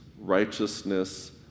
righteousness